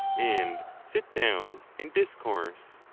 and sit down and discourse.